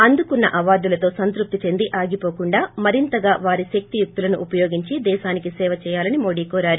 అందుకున్న అవార్డులతో సంతృప్తి చెంది ఆగిపోకుండా మరింతగా వారి శక్తియుక్తలను ఉపయోగించి దేశానికి సేవ చేయాలని మొదీ కోరారు